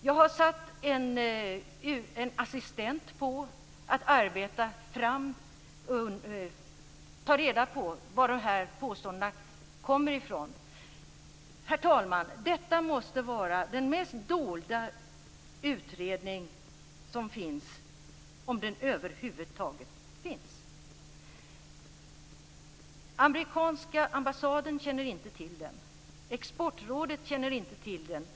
Jag har satt en assistent på att ta reda på varifrån de här påståendena kommer. Herr talman! Detta måste vara den mest dolda utredning som finns, om den över huvud taget finns. Amerikanska ambassaden känner inte till den. Exportrådet känner inte till den.